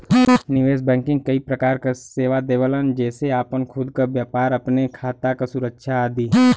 निवेश बैंकिंग कई प्रकार क सेवा देवलन जेसे आपन खुद क व्यापार, अपने खाता क सुरक्षा आदि